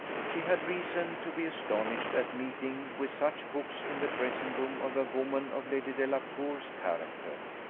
she had reason to be astonished at meeting with such books in the dressing-room of a woman of lady delacour's character.